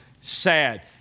sad